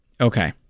Okay